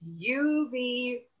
UV